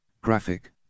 graphic